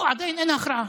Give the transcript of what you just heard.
פה עדיין אין הכרעה.